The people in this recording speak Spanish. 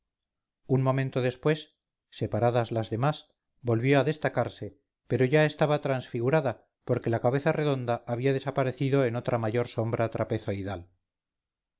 un momento después separadas las demás volvió a destacarse pero ya estaba transfigurada porque la cabeza redonda había desaparecido en otra mayor sombra trapezoidal